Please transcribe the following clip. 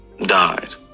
died